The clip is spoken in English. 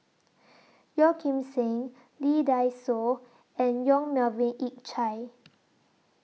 Yeo Kim Seng Lee Dai Soh and Yong Melvin Yik Chye